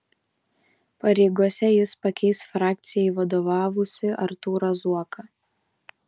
pareigose jis pakeis frakcijai vadovavusį artūrą zuoką